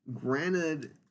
granted